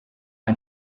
ein